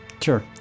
Sure